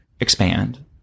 expand